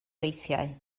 weithiau